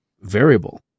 variable